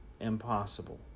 impossible